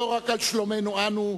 לא רק על שלומנו אנו,